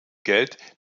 geld